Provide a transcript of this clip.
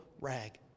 rag